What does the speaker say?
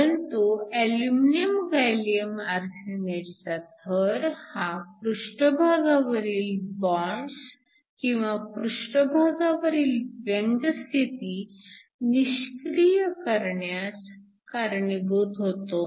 परंतु aluminium gallium आरसेनाइडचा थर हा पृष्ठभागावरील बॉन्ड्स किंवा पृष्ठभागावरील व्यंग स्थिती निष्क्रिय करण्यास कारणीभूत होतो